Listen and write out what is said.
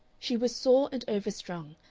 she was sore and overstrung,